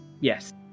Yes